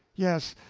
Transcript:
yes.